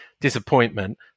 disappointment